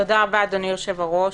תודה רבה, אדוני יושב-הראש.